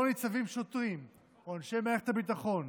ניצבים שוטרים או אנשי מערכת הביטחון,